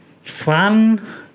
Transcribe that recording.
Fun